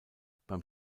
beim